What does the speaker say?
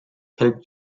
helped